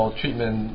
treatment